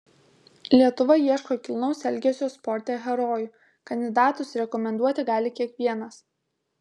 lietuva ieško kilnaus elgesio sporte herojų kandidatus rekomenduoti gali kiekvienas